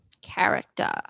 Character